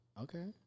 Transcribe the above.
Okay